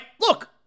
look